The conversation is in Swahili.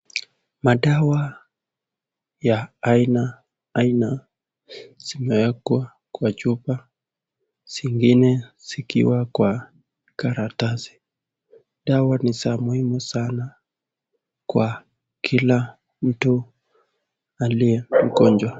Madawa ya aina aina zimewekwa kwa chupa zingine zikiwa Kwa karatasi, dawa ni za muhimu sana kwa kila mtu aliye mgonjwa.